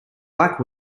black